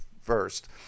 first